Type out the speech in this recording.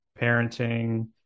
parenting